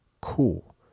cool